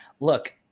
Look